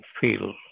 feel